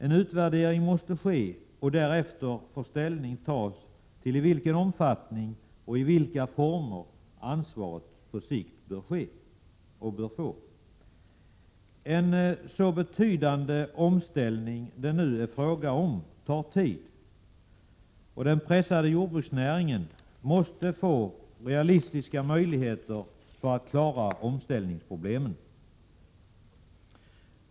En utvärdering måste ske, och därefter får ställning tas till vilken omfattning och vilka former ansvaret på sikt bör få. En så betydande omställning som det nu är fråga om tar tid. Den pressade jordbruksnäringen måste få realistiska möjligheter att klara omställningsproblemen.